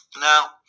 Now